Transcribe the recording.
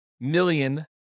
million